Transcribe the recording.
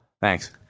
Thanks